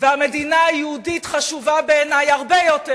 והמדינה היהודית חשובה בעיני הרבה יותר